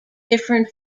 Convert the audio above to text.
different